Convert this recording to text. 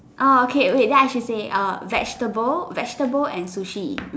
orh okay wait then I should say err vegetables vegetables and sushi